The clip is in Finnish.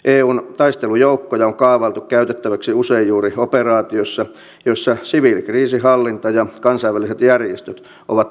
eun taistelujoukkoja on kaavailtu käytettäväksi usein juuri operaatiossa jossa siviilikriisinhallinta ja kansainväliset järjestöt ovat tarkoituksenmukaisempia